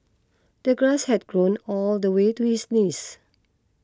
the grass had grown all the way to his knees